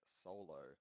solo